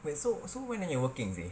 wait so so when are you working seh